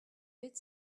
bit